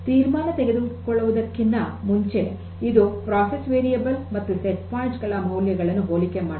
ತೀರ್ಮಾನ ತೆಗೆದುಕೊಳ್ಳುವುದಕ್ಕಿನ್ನ ಮುಂಚೆ ಇದು ಪ್ರಕ್ರಿಯೆ ವೇರಿಯಬಲ್ ಮತ್ತು ಸೆಟ್ ಪಾಯಿಂಟ್ಸ್ ಗಳ ಮೌಲ್ಯಗಳನ್ನು ಹೋಲಿಕೆ ಮಾಡುತ್ತದೆ